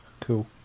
cool